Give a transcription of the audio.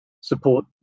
support